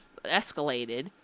escalated